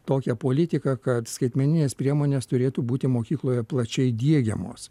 tokią politiką kad skaitmeninės priemonės turėtų būti mokykloje plačiai diegiamos